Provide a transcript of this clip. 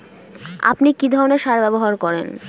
আপনি কী ধরনের সার ব্যবহার করেন?